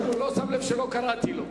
הוא לא שם לב שלא קראתי לו.